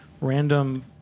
random